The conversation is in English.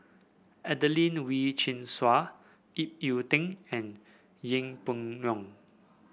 Adelene Wee Chin Suan Ip Yiu Tung and Yeng Pway Ngon